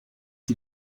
dir